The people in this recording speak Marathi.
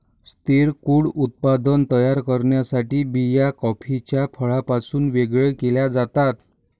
स्थिर क्रूड उत्पादन तयार करण्यासाठी बिया कॉफीच्या फळापासून वेगळे केल्या जातात